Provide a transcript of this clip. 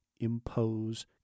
impose